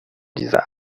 dieser